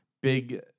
big